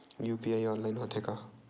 UPI online होथे का?